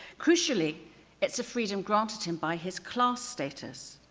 crucially it's a freedom granted him by his class status.